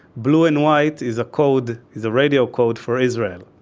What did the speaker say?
blue and white is a code the radio code for israel.